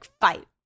fight